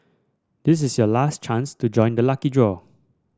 this is your last chance to join the lucky draw